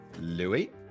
Louis